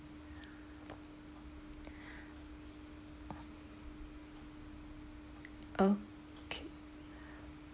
okay